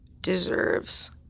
deserves